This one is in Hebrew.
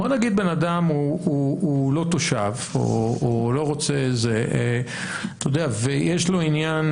בוא נגיד בן אדם, הוא לא תושב ויש לו עניין,